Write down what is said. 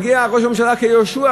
מגיע ראש הממשלה כיהושע,